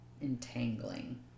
Entangling